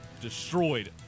destroyed